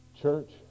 Church